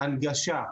הנגשה,